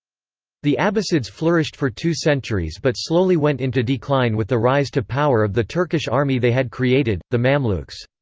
the abbasids flourished for two centuries but slowly went into decline with the rise to power of the turkish army they had created, the mamluks.